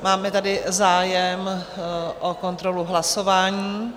Máme tady zájem o kontrolu hlasování.